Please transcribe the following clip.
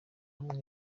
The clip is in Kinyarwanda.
hamwe